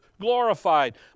glorified